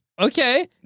Okay